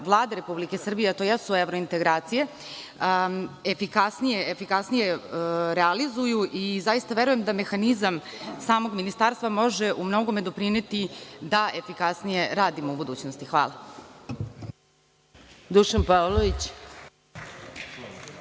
Vlade Republike Srbije, a to jesu evrointegracije, efikasnije realizuje. Zaista verujem da mehanizam samog ministarstva može umnogome doprineti da efikasnije radimo u budućnosti. Hvala. **Maja Gojković**